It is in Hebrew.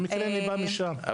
במקרה אני בא משם.